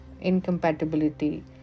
Incompatibility